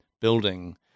building